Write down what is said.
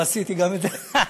לא עשיתי גם את זה.